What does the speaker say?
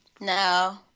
No